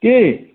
কি